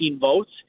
votes